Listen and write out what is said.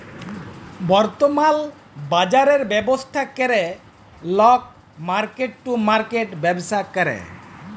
বর্তমাল বাজরের ব্যবস্থা ক্যরে লক মার্কেট টু মার্কেট ব্যবসা ক্যরে